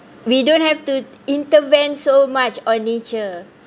we don't have to intervene so much on nature